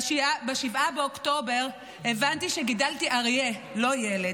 ב-7 באוקטובר הבנתי שגידלתי אריה, לא ילד.